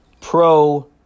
pro